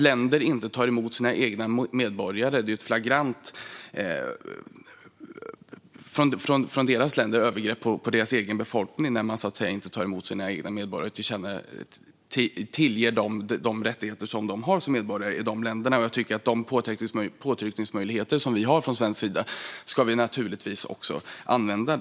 Länder som inte tar emot sina egna medborgare och inte tillerkänner dem de rättigheter de har som medborgare i dessa länder begår ett flagrant övergrepp mot sin egen befolkning. De påtryckningsmöjligheter vi har från svensk sida ska vi naturligtvis också använda.